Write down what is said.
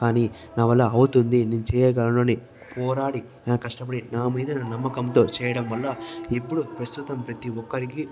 కానీ నా వల్ల అవుతుంది నేను చేయగలను అని పోరాడి కష్టపడి నా మీద నమ్మకంతో చేయడం వల్ల ఇప్పుడు ప్రస్తుతం ప్రతి ఒక్కరికి